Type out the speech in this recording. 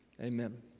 Amen